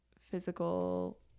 physical